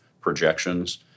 projections